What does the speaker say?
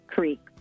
Creek